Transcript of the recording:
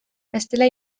bestela